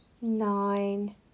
nine